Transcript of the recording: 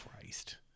Christ